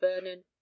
Vernon